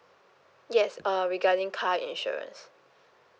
yes uh regarding car insurance